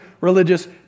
religious